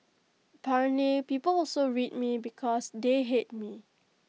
apparently people also read me because they hate me